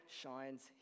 shines